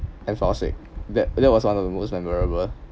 and fall sick that that was one of the most memorable